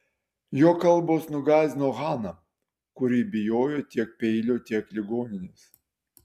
jo kalbos nugąsdino haną kuri bijojo tiek peilio tiek ligoninės